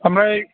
आमफ्राय